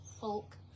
Folk